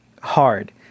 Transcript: hard